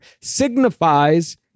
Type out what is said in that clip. signifies